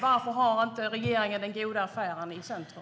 Varför har inte regeringen den goda affären i centrum?